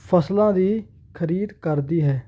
ਫ਼ਸਲਾਂ ਦੀ ਖ਼ਰੀਦ ਕਰਦੀ ਹੈ